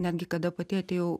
netgi kada pati atėjau